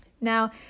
Now